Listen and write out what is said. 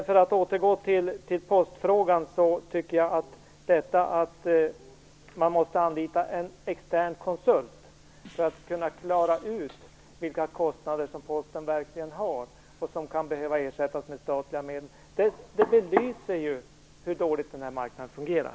För att återgå till postfrågan tycker jag att detta att man måste anlita en extern konsult för att kunna klara ut vilka kostnader Posten verkligen har och som kan behöva ersättas med statliga medel belyser hur dåligt den här marknaden fungerar.